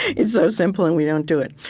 it's so simple, and we don't do it.